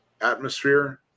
atmosphere